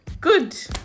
good